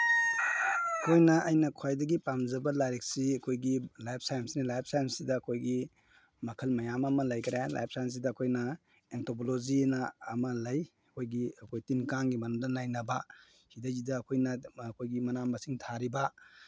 ꯑꯩꯈꯣꯏꯅ ꯑꯩꯅ ꯈ꯭ꯋꯥꯏꯗꯒꯤ ꯄꯥꯝꯖꯕ ꯂꯥꯏꯔꯤꯛꯁꯤ ꯑꯩꯈꯣꯏꯒꯤ ꯂꯥꯏꯞ ꯁꯥꯏꯟꯁꯅꯤ ꯂꯥꯏꯞ ꯁꯥꯏꯟꯁꯁꯤꯗ ꯑꯩꯈꯣꯏꯒꯤ ꯃꯈꯜ ꯃꯌꯥꯝ ꯑꯃ ꯂꯩꯈꯔꯦ ꯂꯥꯏꯞ ꯁꯥꯏꯟꯁꯁꯤꯗ ꯑꯩꯈꯣꯏꯅ ꯑꯦꯟꯇꯣꯄꯣꯂꯣꯖꯤꯅ ꯑꯃ ꯂꯩ ꯑꯩꯈꯣꯏꯒꯤ ꯑꯩꯈꯣꯏ ꯇꯤꯟ ꯀꯥꯡꯒꯤ ꯃꯔꯝꯗ ꯅꯩꯅꯕ ꯁꯤꯗꯩꯁꯤꯗ ꯑꯩꯈꯣꯏꯅ ꯑꯩꯈꯣꯏꯒꯤ ꯃꯅꯥ ꯃꯁꯤꯡ ꯊꯥꯔꯤꯕ